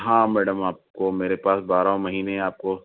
हाँ मैडम आपको मेरे पास बारह महीने आपको